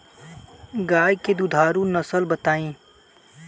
गाय के दुधारू नसल बताई?